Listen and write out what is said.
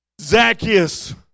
Zacchaeus